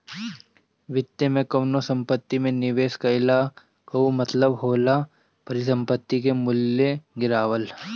वित्त में कवनो संपत्ति में निवेश कईला कअ मतलब होला परिसंपत्ति के मूल्य गिरावल